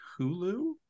Hulu